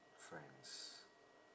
friends